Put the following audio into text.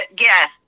yes